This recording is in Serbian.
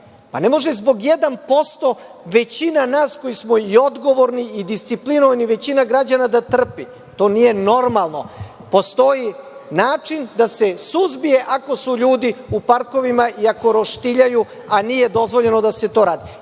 Pa, ne može zbog 1% većina nas koji smo i odgovorni i disciplinovani, većina građana da trpi. To nije normalno. Postoji način da se suzbije, ako su ljudi u parkovima i ako roštiljaju, a nije dozvoljeno da se to radi.